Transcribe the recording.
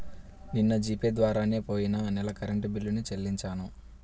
నిన్న G Pay ద్వారానే పొయ్యిన నెల కరెంట్ బిల్లుని చెల్లించాను